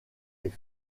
est